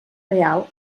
real